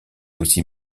aussi